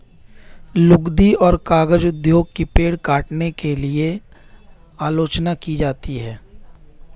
लुगदी और कागज उद्योग की पेड़ काटने के लिए आलोचना की जाती है